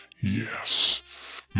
yes